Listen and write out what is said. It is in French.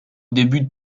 début